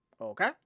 okay